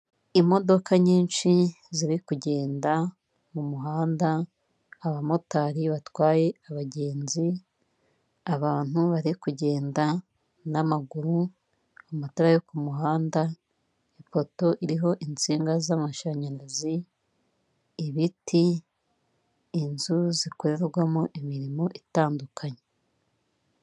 Imodoka nyinshi ziri kugenda mu muhanda, abamotari batwaye abagenzi, abantu bari kugenda n'amaguru, amatara yo ku muhanda, ipoto iriho insinga z'amashanyarazi, ibiti, inzu zikorerwamo imirimo itandukanye.